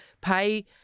pay